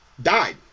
died